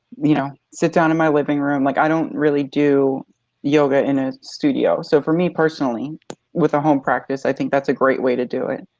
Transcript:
you know, sit down in my living room like i don't really do yoga in a studio. so for me personally with a home practice i think that's a great way to do it.